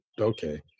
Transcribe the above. Okay